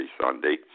Sunday